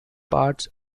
parts